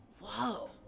whoa